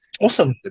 awesome